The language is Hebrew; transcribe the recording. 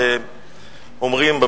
שאומרים,